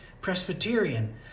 Presbyterian